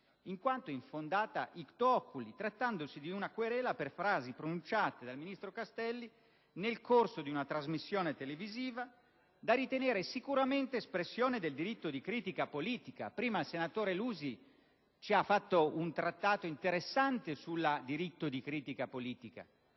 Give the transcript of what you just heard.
in quanto infondata *ictu oculi*, trattandosi di una querela per frasi pronunciate dal ministro Castelli nel corso di una trasmissione televisiva, da ritenere sicuramente espressione del diritto di critica politica. Poc'anzi il senatore Lusi ha fatto un trattato interessante sul diritto di critica politica;